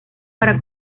para